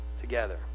Together